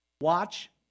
Watch